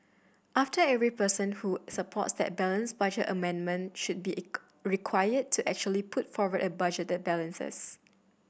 after every person who supports the balanced budget amendment should be required to actually put forward a budget that balances